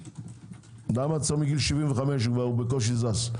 למה צריך בגיל 75 - כבר בקושי זז?